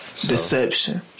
Deception